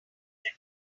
die